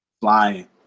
Flying